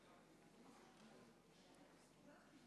44. לפיכך ההצעה לא התקבלה.